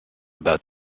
about